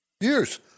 Years